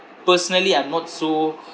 personally I'm not so